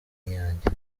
iyanjye